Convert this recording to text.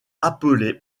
appelé